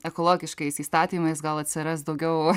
ekologiškais įstatymais gal atsiras daugiau